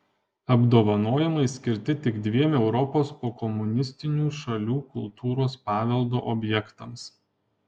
apdovanojimai skirti tik dviem europos pokomunistinių šalių kultūros paveldo objektams